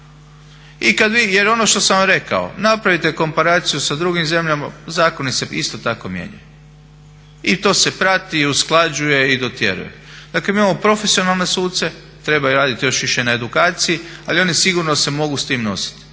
izmjene. Jer ono što sam rekao napravite komparaciju sa drugim zemljama, zakoni se isto tako mijenjaju i to se prati, usklađuje i dotjeruje. Dakle mi imamo profesionalne suce, trebaju raditi još više na edukaciji ali se oni sigurno mogu s tim nositi.